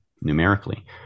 numerically